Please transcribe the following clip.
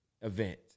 event